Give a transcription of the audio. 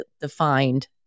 defined